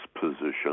position